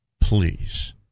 please